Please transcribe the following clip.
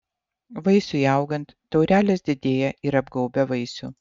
vaisiui augant taurelės didėja ir apgaubia vaisių